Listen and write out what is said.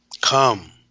come